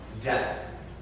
death